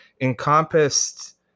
encompassed